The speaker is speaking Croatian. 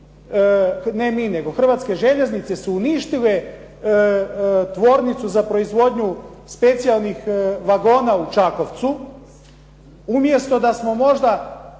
ne mi nego Hrvatske željeznice su uništile tvornicu za proizvodnju specijalnih vagona u Čakovcu, umjesto da smo možda,